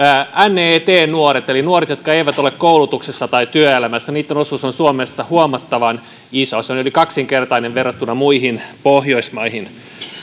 neet nuorten eli nuorten jotka eivät ole koulutuksessa tai työelämässä osuus on suomessa huomattavan iso se on yli kaksinkertainen verrattuna muihin pohjoismaihin